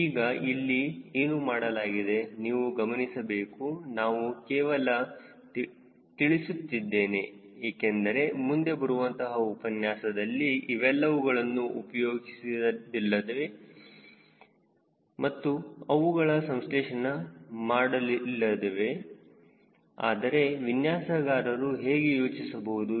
ಈಗ ಇಲ್ಲಿ ಏನು ಮಾಡಲಾಗಿದೆ ನೀವು ಗಮನಿಸಬೇಕು ನಾನು ಕೇವಲ ತಿಳಿಸುತ್ತಿದ್ದೇನೆ ಏಕೆಂದರೆ ಮುಂದೆ ಬರುವಂತಹ ಉಪನ್ಯಾಸದಲ್ಲಿ ಇವೆಲ್ಲವುಗಳನ್ನು ಉಪಯೋಗಿಸಲಿದ್ದೇವೆ ಮತ್ತು ಅವುಗಳ ಸಂಸ್ಲೇಷಣೆ ಮಾಡಲಿದ್ದೇವೆ ಆದರೆ ವಿನ್ಯಾಸಗಾರರು ಹೇಗೆ ಯೋಚಿಸಬಹುದು